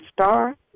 star